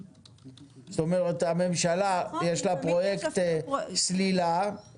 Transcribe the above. כלומר, לממשלה יש פרויקט סלילה.